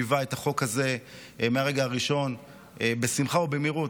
שליווה את החוק הזה מהרגע הראשון בשמחה ובמהירות,